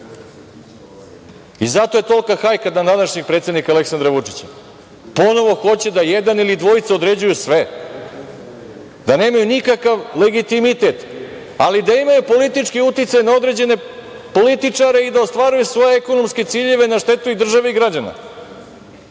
i zato je tolika hajka na današnjeg predsednika Aleksandra Vučića. Ponovo hoće da jedan ili dvojica određuju sve, da nemaju nikakav legitimitet, ali da imaju politički uticaj na određene političare i da ostvaruju svoje ekonomske ciljeve na štetu države i građana. Zaista